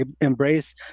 embrace